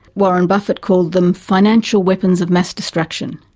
warren buffet called them financial weapons of mass destruction.